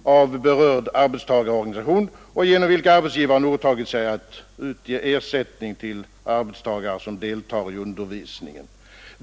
vari arbetsgivare har utfäst sig att ge ersättning till arbetstagare som deltar i undervisningen”.